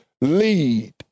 lead